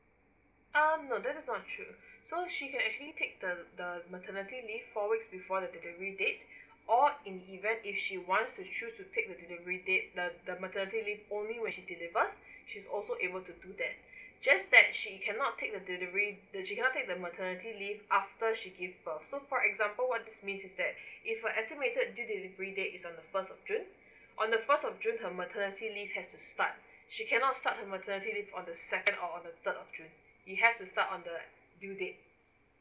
um no that's not true so she can actually take the the maternity leave four weeks before the delivery date or in event if she wants to choose to take the delivery date the the maternity leave only when she delivers she's also able to do that just that she cannot take the delivery she cannot take the maternity leave after she gives birth so for example what this means if her estimated due delivery date is on the first of june on the first of june her maternity leave has to start she cannot start her maternity leave on the second or on the third of june it has to start on the due date